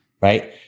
Right